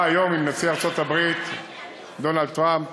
היום עם נשיא ארצות-הברית דונלד טראמפ.